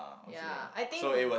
ya I think